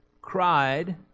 cried